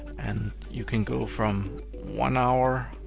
and you could go from one hour